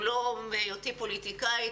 עוד מאז היותי אשת חינוך ולא רק מאז היותי פוליטיקאית